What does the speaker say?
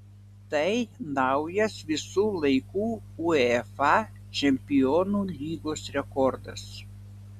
tai naujas visų laikų uefa čempionų lygos rekordas